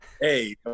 Hey